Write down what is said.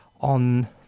on